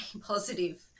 positive